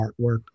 artwork